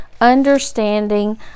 understanding